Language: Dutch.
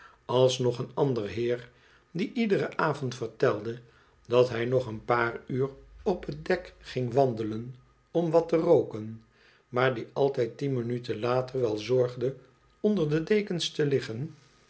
alsnog een ander heer die iederen avond vertelde dat hij nog een paar uur op het dek ging wandelen om wat te rooken maar die altijd tien minuten later wel zorgde onder de dekens te liggen